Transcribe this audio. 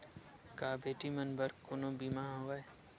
का बेटी मन बर कोनो बीमा हवय?